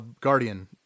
guardian